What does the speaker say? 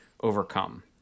overcome